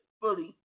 fully